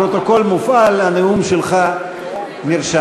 הפרוטוקול מופעל, הנאום שלך נרשם.